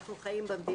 אנחנו חיים במדינה,